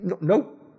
Nope